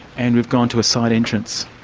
and we've gone to a side entrance.